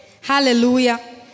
hallelujah